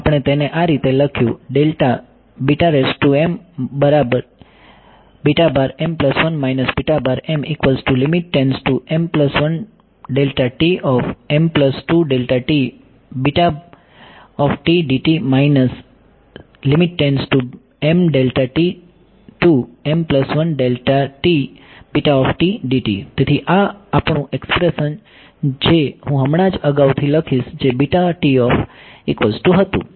તેથી આ આપણે તેને આ રીતે લખ્યું તેથી આપણું એક્સપ્રેશન જે હું હમણાં જ અગાઉથી લખીશ જે હતું